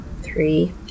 Three